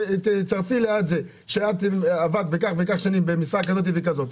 תכתבי שעבדת כך וכך שנים במשרה כזאת וכזאת,